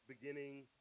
beginning